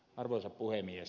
arvoisa puhemies